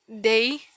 day